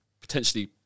potentially